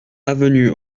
avenue